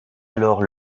alors